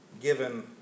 given